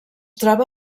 troba